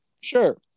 sure